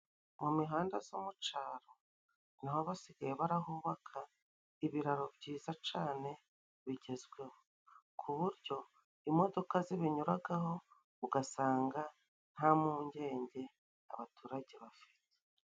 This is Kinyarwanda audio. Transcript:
Mu imihanda zo mu caro naho basigaye barahubaka ibiraro byiza cane bigezweho, k'uburyo imodoka zibinyuragaho ugasanga nta mpungenge abaturage bafite.